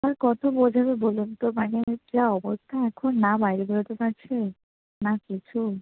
আর কত বোঝাব বলুন তো মানে যা অবস্থা এখন না বাইরে বেরোতে পারছে না কিছু